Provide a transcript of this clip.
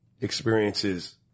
experiences